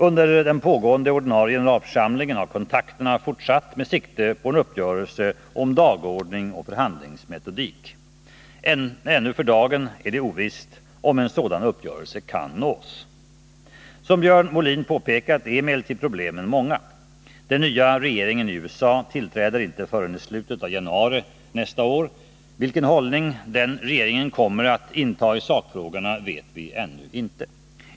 Under den pågående ordinarie generalförsamlingen har kontakterna fortsatt med sikte på en uppgörelse om dagordning och förhandlingsmetodik. För dagen är det ovisst om en sådan uppgörelse kan nås. Som Björn Molin påpekat är emellertid problemen många. Den nya regeringen i USA tillträder inte förrän i slutet av januari nästa år. Vilken hållning den regeringen kommer: att inta i sakfrågorna vet vi inte ännu.